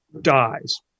dies